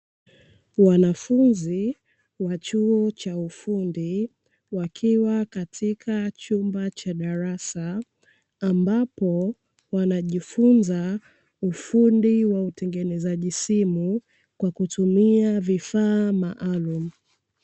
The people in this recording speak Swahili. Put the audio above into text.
Wanafunzi wa chuo cha ufundi wakiwa katika chumba cha darasa, ambapo wanajifunza ufundi wa utengenezaji simu kwa kutumia vifaa maalumu.